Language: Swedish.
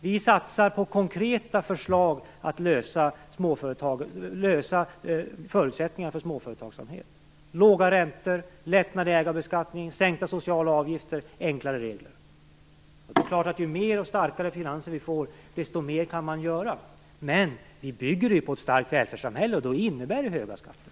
Vi satsar på konkreta åtgärder för att ge förutsättningar för småföretagsamhet: låga räntor, lättnader i ägarbeskattningen, sänkta sociala avgifter, enklare regler. Ju starkare finanser vi får, desto mer kan vi göra. Men vi bygger detta på ett starkt välfärdssamhälle, och det innebär höga skatter.